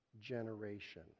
generation